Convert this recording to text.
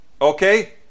Okay